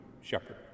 shepherd